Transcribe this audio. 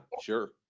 sure